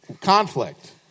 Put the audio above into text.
conflict